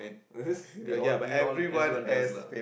they all we all everyone does lah